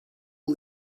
all